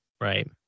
Right